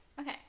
Okay